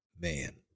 Man